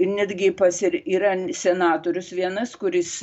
netgi pas ir yra senatorius vienas kuris